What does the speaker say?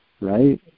right